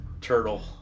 turtle